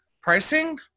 pricing